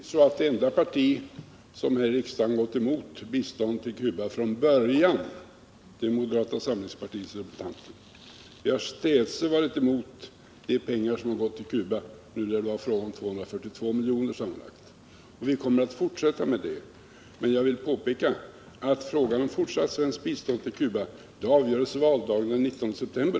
Herr talman! Det enda parti som i riksdagen från början har gått emot biståndet till Cuba är moderata samlingspartiet. Vi har städse varit emot de pengar som gått till Cuba. Nu är det fråga om 242 milj.kr. sammanlagt. Vi kommer att fortsätta med motståndet. Jag vill påpeka att frågan om fortsatt svenskt bistånd till Cuba avgörs på valdagen den 16 september.